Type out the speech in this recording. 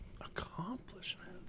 accomplishment